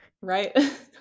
Right